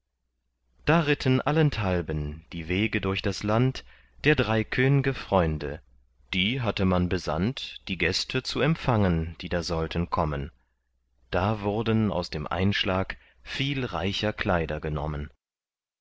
da ritten allenthalben die wege durch das land der drei könge freunde die hatte man besandt die gäste zu empfangen die da sollten kommen da wurden aus dem einschlag viel reicher kleider genommen